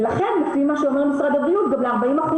ולכן לפי מה שאומר משרד הבריאות גם ל-40%